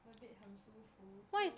the bed 很舒服 so